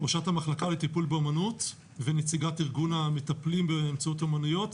ראשת המחלקה לטיפול באומנות ונציגת ארגון המטפלים באמצעות אומניות,